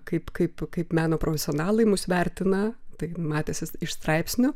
kaip kaip kaip meno profesionalai mus vertina tai matėsi iš straipsnių